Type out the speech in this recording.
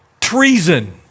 Treason